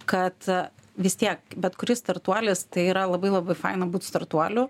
kad vis tiek bet kuris startuolis tai yra labai labai faina būt startuolių